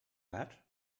that